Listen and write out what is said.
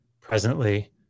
presently